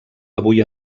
avui